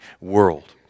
world